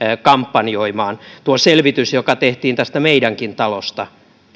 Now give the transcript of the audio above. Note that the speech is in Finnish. kampanjoimaan tuo selvitys joka tehtiin tästä meidänkin talosta